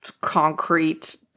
concrete